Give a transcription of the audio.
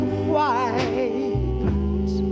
white